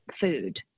food